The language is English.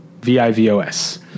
V-I-V-O-S